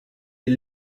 est